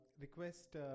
request